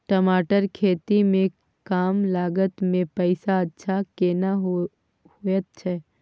टमाटर के खेती में कम लागत में पौधा अच्छा केना होयत छै?